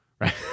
Right